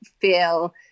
feel